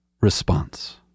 response